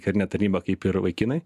karinę tarnybą kaip ir vaikinai